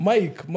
Mike